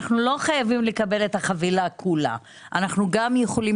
אנחנו לא חייבים לקבל את החבילה כולה; אנחנו יכולים